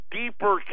deeper